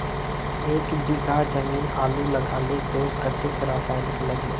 एक बीघा जमीन आलू लगाले तो कतेक रासायनिक लगे?